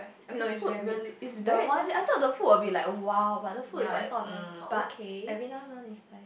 the food really is very expensive I thought the food will be like !wow! but the food is like um okay